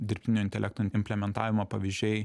dirbtinio intelekto implementavimo pavyzdžiai